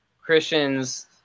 Christians